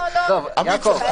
לא, לא, ההיפך.